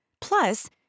Plus